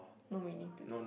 no meaning to it